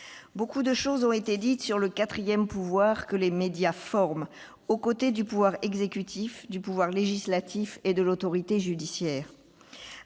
Bien des choses ont été dites sur le quatrième pouvoir, que les médias forment aux côtés du pouvoir exécutif, du pouvoir législatif et de l'autorité judiciaire.